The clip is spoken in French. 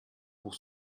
pour